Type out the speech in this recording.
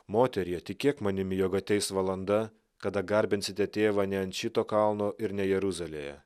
moterie tikėk manimi jog ateis valanda kada garbinsite tėvą ne ant šito kalno ir ne jeruzalėje